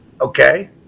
Okay